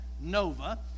Nova